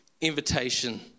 invitation